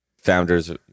Founders